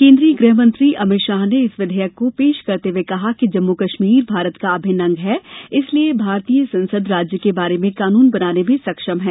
केंद्रीय गृहमंत्री अमित शाह ने इस विधेयक पेश को करते हुए कहा कि जम्मू कश्मीर भारत का अभिन्न अंग है इसलिए भारतीय संसद राज्य के बारे में कानून बनाने में सक्षम है